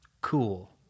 Cool